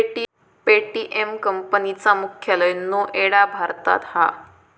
Paytm company चा मुख्यालय नोएडा भारतात हा